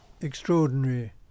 extraordinary